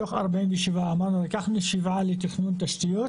מתוך 47 אמרנו שניקח 7 לתכנון תשתיות,